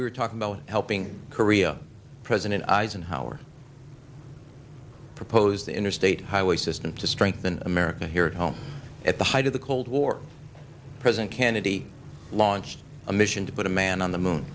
we were talking about helping korea president eisenhower proposed the interstate highway system to strengthen america here at home at the height of the cold war president candidate he launched a mission to put a man on the moon